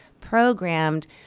programmed